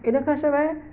इनखां सवाइ